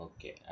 Okay